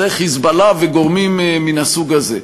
זה "חיזבאללה" וגורמים מן הסוג הזה.